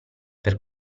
per